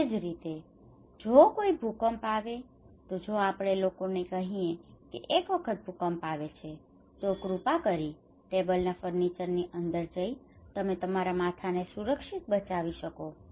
એ જ રીતે જો કોઈ ભૂકંપ આવે તો જો આપણે લોકોને કહીએ કે એક વખત ભૂકંપ આવે છે તો કૃપા કરીને ટેબલના ફર્નિચરની અંદર જઇને તમે તમારા માથાને સુરક્ષિત કરી બચાવી શકો છો